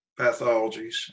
pathologies